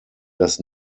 das